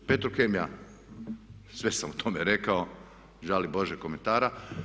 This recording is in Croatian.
Petrokemija, sve sam o tome rekao, žali Bože komentara.